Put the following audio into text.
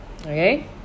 okay